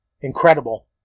incredible